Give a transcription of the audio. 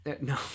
no